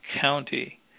County